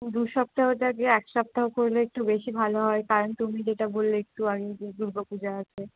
দু সপ্তাহটা যে এক সপ্তাহ করলে একটু বেশি ভালো হয় কারণ তুমি যেটা বললে একটু আগেই যে দুর্গাপুজো আছে